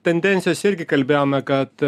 tendencijos irgi kalbėjome kad